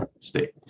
state